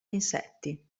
insetti